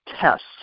tests